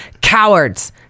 cowards